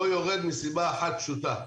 יוקר המחיה לא יורד מסיבה אחת פשוטה.